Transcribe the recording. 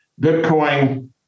Bitcoin